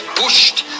pushed